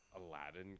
aladdin